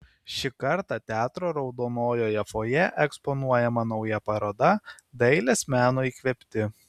šį kartą teatro raudonojoje fojė eksponuojama nauja paroda dailės meno įkvėpti